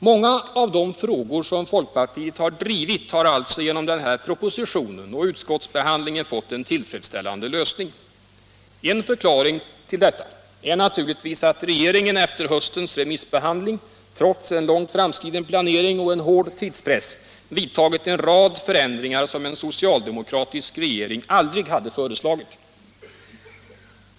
Många av de frågor som folkpartiet drivit har alltså genom den här propositionen och utskottsbehandlingen fått en tillfredsställande lösning. forskning inom En förklaring till detta är naturligtvis att regeringen efter höstens remissbehandling, trots en långt framskriden planering och en hård tidspress, vidtagit en rad förändringar som en socialdemokratisk regering aldrig hade föreslagit.